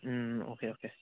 um okay okay